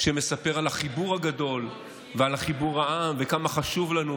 מספר על החיבור הגדול ועל חיבור העם וכמה חשוב לנו,